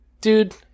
dude